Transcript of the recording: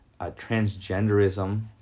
transgenderism